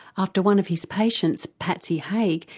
after one of his patients, patsy haig,